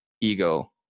ego